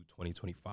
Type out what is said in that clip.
2025